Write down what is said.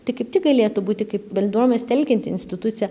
tai kaip tik galėtų būti kaip bendruomenes telkianti institucija